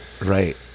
right